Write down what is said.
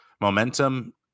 momentum